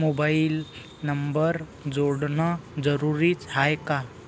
Mobile number जोडन जरुरीच हाय का?